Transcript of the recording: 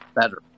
better